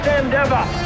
endeavor